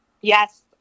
Yes